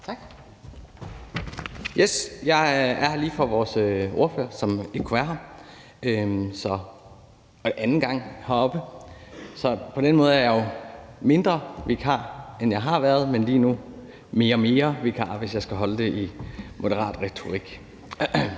er her i stedet for vores ordfører på området, som ikke kunne være her. Det er min anden gang heroppe, så på den måde er jeg jo mindre vikar, end jeg har været – men lige nu mere-mere vikar, hvis jeg skulle holde det i Moderaternes retorik.